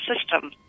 system